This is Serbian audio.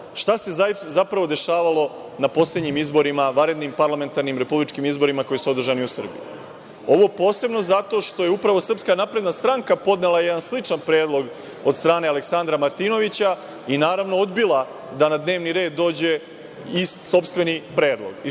šta se zapravo dešavalo na poslednjim izborima, vanrednim, parlamentarnim, republičkim izborima koji su održani u Srbiji. Ovo posebno zato što je upravo SNS podnela jedan sličan predlog od strane Aleksandra Martinovića, i naravno, odbila da na dnevni red dođe i sopstveni predlog,